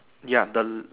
ya the